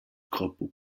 crapaud